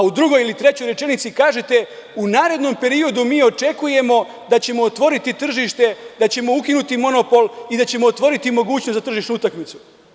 U drugoj ili trećoj rečenici kažete – u narednom periodu očekujemo da ćemo otvoriti tržište, da ćemo ukinuti monopol i da ćemo otvoriti mogućnost za tržišnu utakmicu.